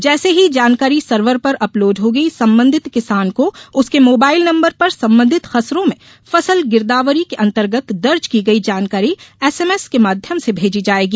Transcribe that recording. जैसै ही जानकारी सर्वर पर अपलोड होगी संबंधित किसान को उसके मोबाइल नंबर पर संबंधित खसरों में फसल गिरदावरी के अंतर्गत दर्ज की गई जानकारी एसएस के माध्यम से भेजी जायेगी